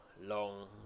long